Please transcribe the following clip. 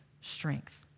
strength